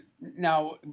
now